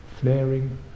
flaring